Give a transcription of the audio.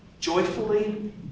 joyfully